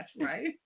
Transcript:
right